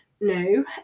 no